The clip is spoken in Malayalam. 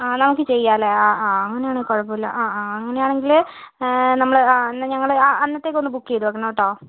ആ നമുക്ക് ചെയ്യാം അല്ലേ ആ ആ അങ്ങനെയാണെങ്കിൽ കുഴപ്പമില്ല ആ ആ അങ്ങനെയാണെങ്കിൽ നമ്മൾ ആ അന്ന് ഞങ്ങൾ ആ അന്നത്തേക്ക് ഒന്ന് ബുക്ക് ചെയ്ത് വയ്ക്കണം കേട്ടോ